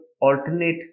alternate